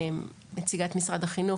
נציגת משרד החינוך,